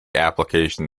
application